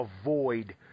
avoid